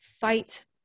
Fight